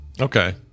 Okay